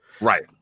Right